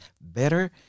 better